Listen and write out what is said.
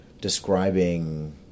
describing